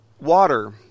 water